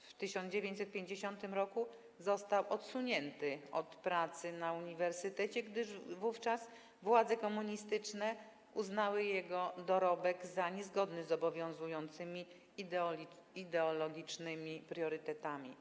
W 1950 r. został odsunięty od pracy na uniwersytecie, gdyż wówczas władze komunistyczne uznały jego dorobek za niezgodny z obowiązującymi ideologicznymi priorytetami.